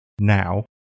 now